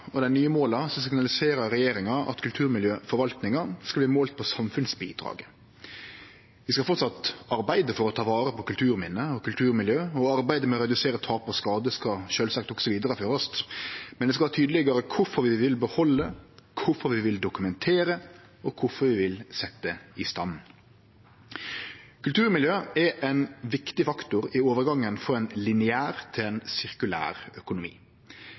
og dei nye måla signaliserer regjeringa at kulturmiljøforvaltinga skal verte målt på samfunnsbidraget. Vi skal framleis arbeide for å ta vare på kulturminne og kulturmiljø, og arbeidet med å redusere tap og skade skal sjølvsagt også vidareførast, men det skal vere tydelegare kvifor vi vil behalde, kvifor vi vil dokumentere, og kvifor vi vil setje i stand. Kulturmiljø er ein viktig faktor i overgangen frå ein lineær til ein sirkulær økonomi.